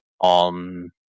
on